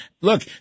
look